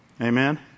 amen